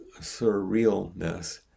surrealness